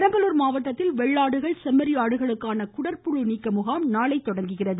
பெரம்பலூர் மாவட்டத்தில் வெள்ளாடுகள் செம்மறி ஆடுகளுக்கான குடற்புழு நீக்க முகாம் நாளை தொடங்குகிறது